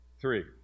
Three